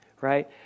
right